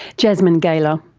jasmine gailer.